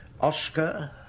Oscar